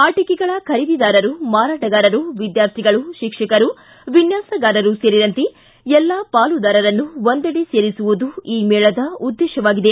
ಅಟಿಕೆಗಳ ಖರೀದಿದಾರರು ಮಾರಾಟಗಾರರು ವಿದ್ಯಾರ್ಥಿಗಳು ಶಿಕ್ಷಕರು ವಿನ್ಯಾಸಗಾರರು ಸೇರಿದಂತೆ ಎಲ್ಲಾ ಪಾಲುದಾರರನ್ನು ಒಂದೆಡೆ ಸೇರಿಸುವುದು ಈ ಮೇಳದ ಉದ್ದೇಶವಾಗಿದೆ